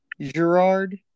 Gerard